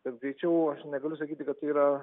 bet greičiau aš negaliu sakyti kad tai yra